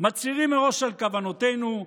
מצהירים מראש על כוונותינו,